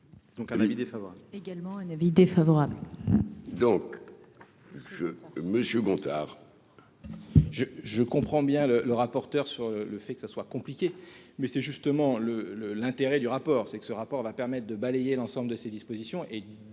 Donc un avis défavorable